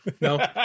No